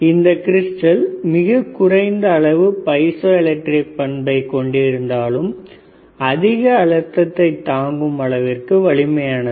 இந்த கிரிஸ்டல் குறைந்த அளவு பைசா எலக்ட்ரிக் பண்பை கொண்டிருந்தாலும் அதிக அழுத்தத்தை தாங்கும் அளவிற்கு வலிமையானது